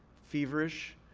feverish,